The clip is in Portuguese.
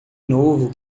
novo